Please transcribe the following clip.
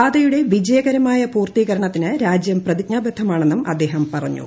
പാതയുടെ വിജയകരമായ പൂർത്തീകരണത്തിന് രാജ്യം പ്രതിജ്ഞാബദ്ധമാണെന്നും അദ്ദേഹം പറഞ്ഞു